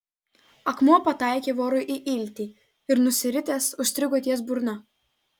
akmuo pataikė vorui į iltį ir nusiritęs užstrigo ties burna